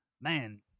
man